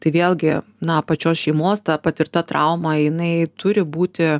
tai vėlgi na pačios šeimos ta patirta trauma jinai turi būti